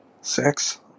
sex